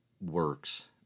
works